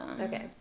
Okay